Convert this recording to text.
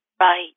Right